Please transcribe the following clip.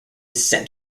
sent